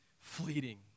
fleeting